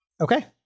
Okay